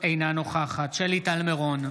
אינה נוכחת שלי טל מירון,